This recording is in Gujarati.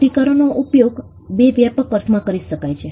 અધિકારોનો ઉપયોગ બે વ્યાપક અર્થમાં કરી શકાય છે